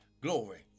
glory